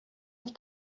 auf